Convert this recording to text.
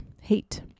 hate